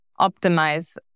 optimize